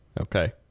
Okay